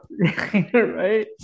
Right